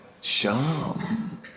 sham